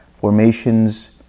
Formations